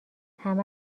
همه